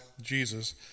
Jesus